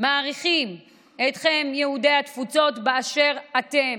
ומעריכים אתכם, יהודי התפוצות, באשר אתם.